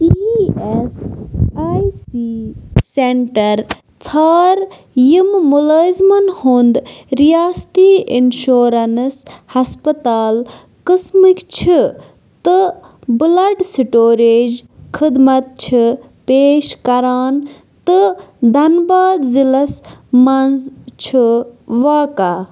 E S I C centre ژھار یِم مُلٲزمَن ہُنٛد رِیاستی اِنشورَنٕس ہَسپَتال قٕسمٕکۍ چھِ تہٕ بٕلَڈ سِٹوریج خدمت چھِ پیش کران تہٕ دھنباد ضلعس منٛز چھِ واقع